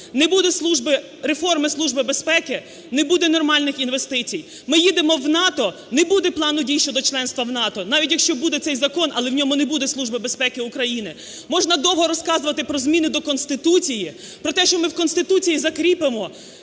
Не буде реформи Служби безпеки – не буде нормальних інвестицій. Ми їдемо в НАТО, не буде Плану дій щодо членства в НАТО, навіть якщо буде цей закон, але в ньому не буде Служби безпеки України. Можна довго розказувати про зміни до Конституції, про те, що ми в Конституції закріпимо